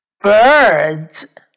Birds